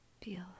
Feel